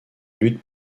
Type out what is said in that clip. lutte